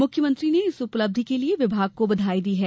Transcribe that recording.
मुख्यमंत्री ने इस उपलब्धि के लिये विभाग को बधाई दी है